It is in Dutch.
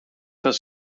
gaan